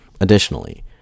Additionally